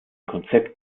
konzept